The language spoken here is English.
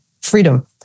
freedom